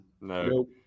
No